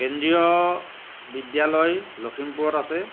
কেন্দ্ৰীয় বিদ্যালয় লখিমপুৰত আছে